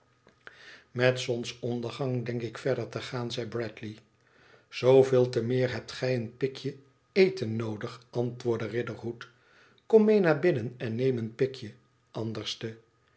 met zonsondergang denk ik verder te gaan zeibradley zooveel te meer hebt gij een pikje eten noodig antwoordde rider bood tkom mee naar binnen en neem een pikje anderste